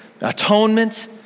atonement